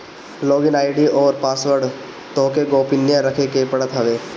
log in ID अउरी password तोहके गोपनीय रखे के पड़त हवे